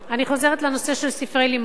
אני חוזרת לנושא של ספרי לימוד.